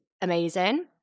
amazing